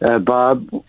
Bob